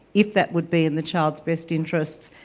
if that would be in the child's bests interests,